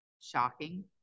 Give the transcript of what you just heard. shocking